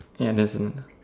ya that's it